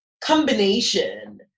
combination